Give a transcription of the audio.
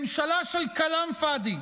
ממשלה של כלאם פאדי,